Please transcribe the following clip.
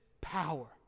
power